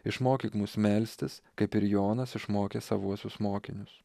išmokyk mus melstis kaip ir jonas išmokė savuosius mokinius